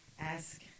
ask